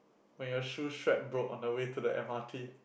when your shoe strap broke on the way to the m_r_t